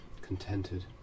contented